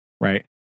right